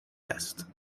هست